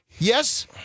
Yes